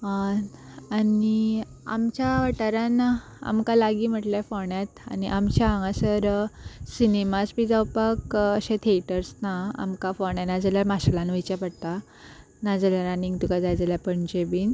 आनी आमच्या वाठारान आमकां लागीं म्हटल्या फोण्यांत आनी आमच्या हांगासर सिनेमास बी जावपाक अशे थेटर्स ना आमकां फोण्यां नाजाल्यार मार्शेलान वयचें पडटा नाजाल्यार आनीक तुका जाय जाल्यार पणजे बीन